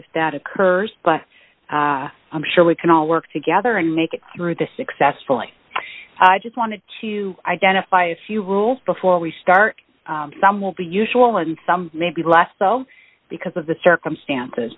if that occurs but i'm sure we can all work together and make it through the successfully i just wanted to identify a few rules before we start some will be usual and some may be less so because of the circumstances